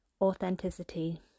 authenticity